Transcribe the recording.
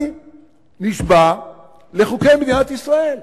אני נשבע לחוקי מדינת ישראל.